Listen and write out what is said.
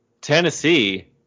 Tennessee